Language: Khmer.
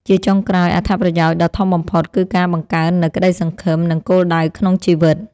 ជាចុងក្រោយ អត្ថប្រយោជន៍ដ៏ធំបំផុតគឺការបង្កើតនូវក្ដីសង្ឃឹម និងគោលដៅក្នុងជីវិត។